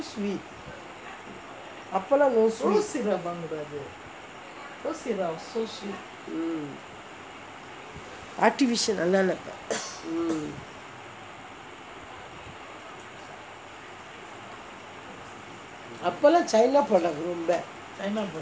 sweet அப்போலாம்:appolaam no sweet mm artificial அதுனாலே இப்பே அப்பலாம்:athanalae ippae appalaam china product ரொம்ப:romba